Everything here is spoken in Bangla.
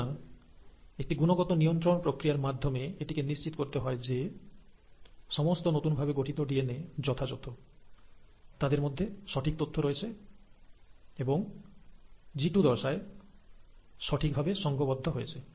সুতরাং একটি গুণগত নিয়ন্ত্রণ প্রক্রিয়ার মাধ্যমে এটিকে নিশ্চিত করতে হয় যে সমস্ত নতুন ভাবে গঠিত ডিএনএ যথাযথ তাদের মধ্যে সঠিক তথ্য রয়েছে এবং জিটু দশায় সঠিক ভাবে সঙ্ঘবদ্ধ হয়েছে